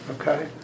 Okay